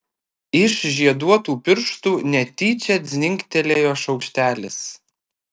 iš žieduotų pirštų netyčia dzingtelėjo šaukštelis